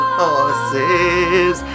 horses